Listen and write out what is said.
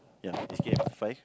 ya ticket fine